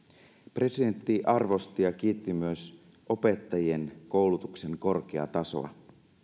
presidentti arvosti ja kiitti myös opettajien koulutuksen korkeaa tasoa